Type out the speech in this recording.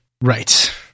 right